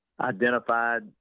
identified